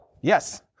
Yes